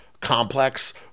complex